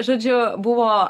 žodžiu buvo